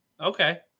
Okay